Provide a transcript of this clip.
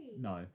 No